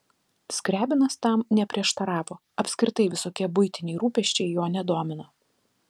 skriabinas tam neprieštaravo apskritai visokie buitiniai rūpesčiai jo nedomino